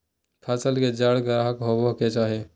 फसल के जड़ गहरा होबय के चाही